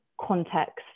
context